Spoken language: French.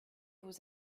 vous